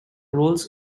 roles